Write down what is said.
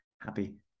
happy